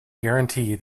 guarantee